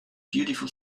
beautiful